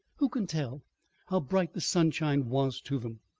who can tell how bright the sunshine was to them,